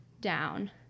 down